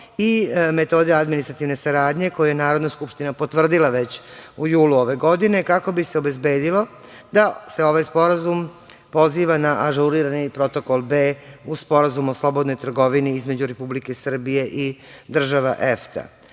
i metode administrativne saradnje koje je Narodna skupština potvrdila već u julu ove godine, kako bi se obezbedilo da se ovaj sporazum poziva na ažurirani Protokol B uz Sporazum o slobodnoj trgovini između Republike Srbije i države